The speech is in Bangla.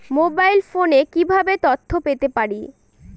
মোবাইল ফোনে কিভাবে তথ্য পেতে পারি?